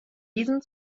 diesem